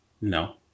No